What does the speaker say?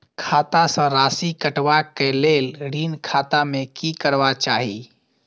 खाता स राशि कटवा कै लेल ऋण खाता में की करवा चाही?